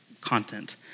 content